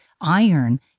iron